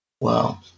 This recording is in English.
Wow